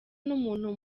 n’umuntu